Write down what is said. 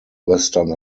western